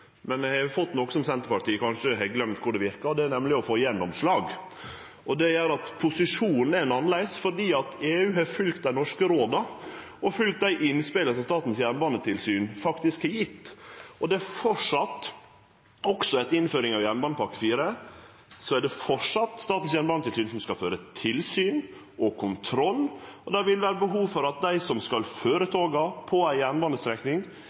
Men eg har fått til noko som Senterpartiet kanskje har gløymt korleis verkar, nemleg å få gjennomslag. Det gjer at posisjonen er annleis, fordi EU har følgt dei norske råda og følgt dei innspela som Statens jernbanetilsyn faktisk har gjeve. Og det er framleis, også etter innføringa av jernbanepakke IV, Statens jernbanetilsyn som skal føre tilsyn og kontroll, og det vil vere behov for at dei som skal føre toga på ei jernbanestrekning,